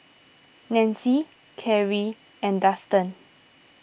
Nanci Kari and Dustan